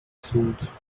suits